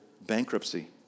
bankruptcy